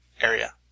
area